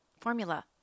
Formula